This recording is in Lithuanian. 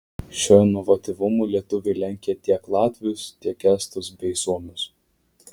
šiuo inovatyvumu lietuviai lenkia tiek latvius tiek estus bei suomius